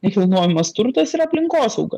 nekilnojamas turtas ir aplinkosauga